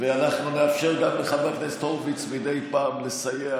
ואנחנו נאפשר גם לחבר הכנסת הורוביץ מדי פעם לסייע,